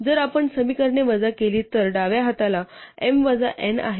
जर आपण समीकरणे वजा केली तर डाव्या हाताला m वजा n आहे